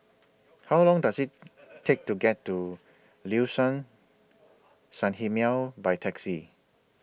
How Long Does IT Take to get to Liuxun Sanhemiao By Taxi